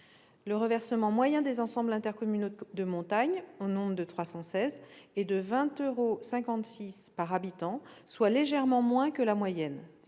Le reversement moyen des ensembles intercommunaux de montagne, au nombre de 316, est de 21,56 euros par habitant, soit légèrement moins que la moyenne,